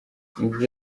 yagize